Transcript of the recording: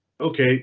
okay